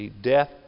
Death